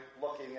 looking